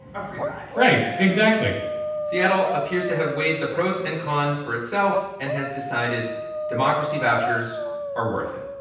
a free ride right, exactly seattle appears to have weighed the pros and cons for itself and has decided democracy vouchers are worth it.